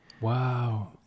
Wow